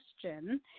question